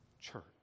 church